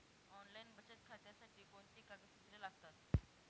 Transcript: Online बचत खात्यासाठी कोणती कागदपत्रे लागतात?